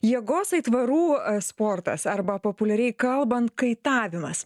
jėgos aitvarų sportas arba populiariai kalbant kaitavimas